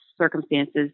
circumstances